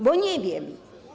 Bo nie wiem.